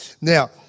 Now